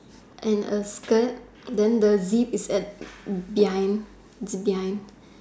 and a skirt then the deep is at behind behind